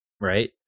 right